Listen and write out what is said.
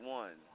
one